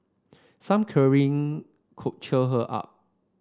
some cuddling could cheer her up